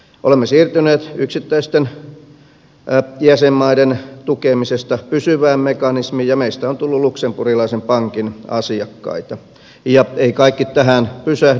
olemme siirtyneet yksittäisten jäsenmaiden tukemisesta pysyvään mekanismiin ja meistä on tullut luxemburgilaisen pankin asiakkaita ja ei kaikki tähän pysähdy